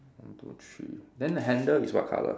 one two three then the handle is what colour